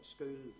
School